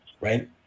right